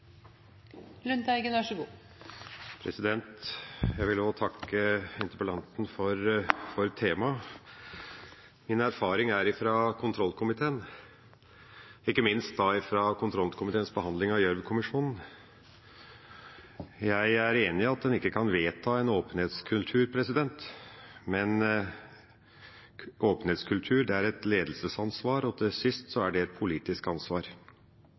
og da ikke minst fra kontrollkomiteens behandling av Gjørv-kommisjonens rapport. Jeg er enig i at en ikke kan vedta en åpenhetskultur, men åpenhetskultur er et ledelsesansvar, og til sist er det et politisk ansvar.